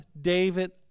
David